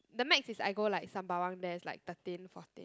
the max is I go like Sembawang there is like thirteen fourteen